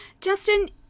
justin